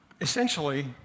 essentially